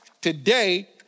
today